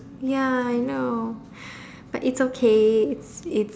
ya I know but it's okay it's it's